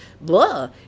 blah